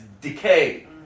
decay